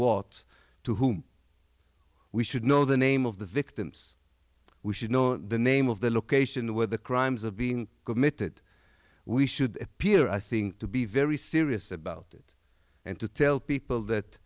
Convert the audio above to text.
what to whom we should know the name of the victims we should know the name of the location where the crimes of being committed we should appear i think to be very serious about it and to tell people that